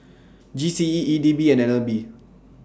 G C E E D B and N L B